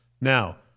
Now